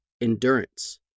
endurance